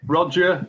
Roger